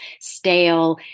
stale